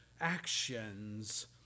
actions